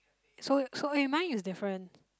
so so eh mine is different